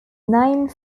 named